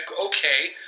okay